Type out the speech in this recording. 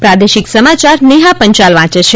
પ્રાદેશિક સમાચાર નેહા પંચાલ વાંચે છે